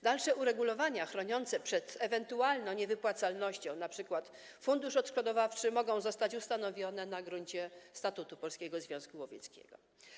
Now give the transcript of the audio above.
Dalsze uregulowania chroniące przed ewentualną niewypłacalnością, np. fundusz odszkodowawczy, mogą zostać ustanowione na gruncie statutu Polskiego Związku Łowieckiego.